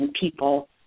people